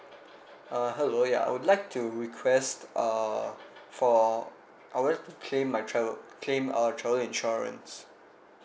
uh hello ya I would like to request uh for I would like to claim my travel claim uh travel insurance